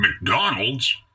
McDonald's